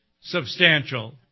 substantial